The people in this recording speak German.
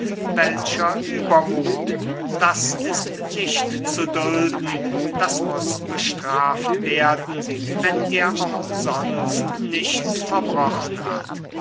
welcher übermuth das ist nicht zu dulden das muß bestraft werden wenn er auch sonst nichts verbrochen hat